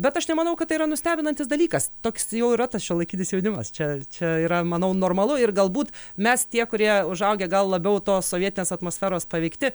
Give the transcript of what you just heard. bet aš nemanau kad tai yra nustebinantis dalykas toks jau yra tas šiuolaikinis jaunimas čia čia yra manau normalu ir galbūt mes tie kurie užaugę gal labiau tos sovietinės atmosferos paveikti